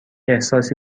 احساسی